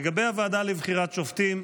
לגבי הוועדה לבחירת שופטים,